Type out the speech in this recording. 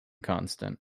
constant